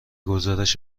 گزارش